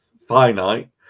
finite